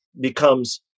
becomes